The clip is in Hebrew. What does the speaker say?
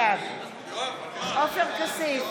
בעד עופר כסיף,